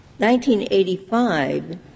1985